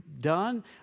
done